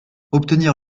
obtenir